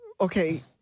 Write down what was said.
Okay